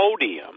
podium